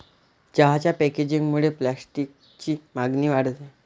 चहाच्या पॅकेजिंगमुळे प्लास्टिकची मागणी वाढते